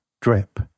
drip